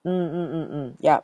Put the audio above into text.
mm mm mm mm ya